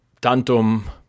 tantum